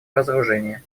разоружения